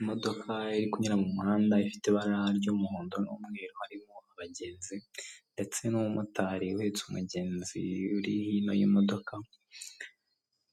Imodoka iri kunyura mu muhanda ifite ibara ry'umuhondo n'umweru harimo abagenzi ndetse n'umumotari uhetse umugenzi, urihino imodoka,